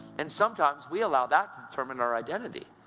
and sometimes we allow that to determine our identity.